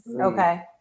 Okay